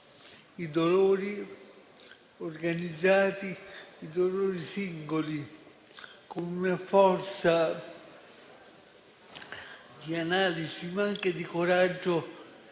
i dolori organizzati, i dolori singoli, con una forza di analisi, ma anche di coraggio,